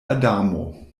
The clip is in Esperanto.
adamo